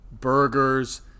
burgers